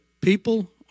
people